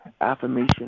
affirmation